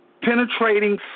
penetrating